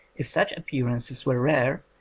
if such appearances were rare,